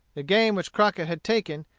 the game which crockett had taken,